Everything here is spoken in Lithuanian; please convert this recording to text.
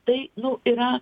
tai nu yra